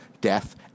death